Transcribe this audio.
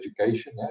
education